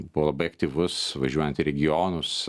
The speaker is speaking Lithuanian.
buvo labai aktyvus važiuojant į regionus